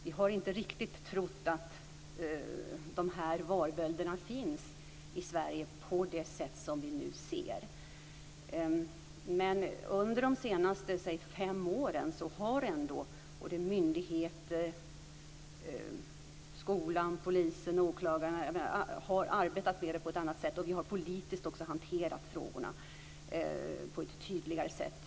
Vi har inte riktigt trott att de här varbölderna finns i Sverige på det sätt som vi nu ser. Men under de senaste fem åren har såväl myndigheter som skolan, polisen och åklagarna arbetat med detta på ett annat sätt, och vi har också politiskt hanterat frågorna på ett tydligare sätt.